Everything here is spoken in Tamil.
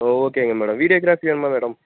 ஓ ஓகேங்க மேடம் வீடியோக்ராஃபி வேணுமா மேடம்